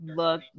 look